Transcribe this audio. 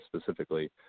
specifically